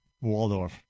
Waldorf